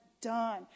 done